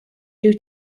due